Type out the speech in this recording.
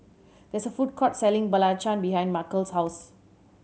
there is a food court selling belacan behind Markell's house